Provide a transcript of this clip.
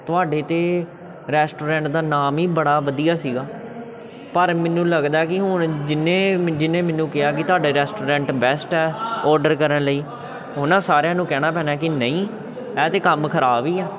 ਤੁਹਾਡੇ ਤਾਂ ਰੈਸਟੋਰੈਂਟ ਦਾ ਨਾਮ ਹੀ ਬੜਾ ਵਧੀਆ ਸੀਗਾ ਪਰ ਮੈਨੂੰ ਲੱਗਦਾ ਕਿ ਹੁਣ ਜਿਹਨੇ ਜਿਹਨੇ ਮੈਨੂੰ ਕਿਹਾ ਕਿ ਤੁਹਾਡੇ ਰੈਸਟੋਰੈਂਟ ਬੈਸਟ ਹੈ ਔਡਰ ਕਰਨ ਲਈ ਹੁਣ ਨਾ ਸਾਰਿਆਂ ਨੂੰ ਕਹਿਣਾ ਪੈਣਾ ਕਿ ਨਹੀਂ ਇਹ ਤਾਂ ਕੰਮ ਖਰਾਬ ਹੀ ਆ